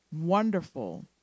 wonderful